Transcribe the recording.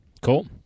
Cool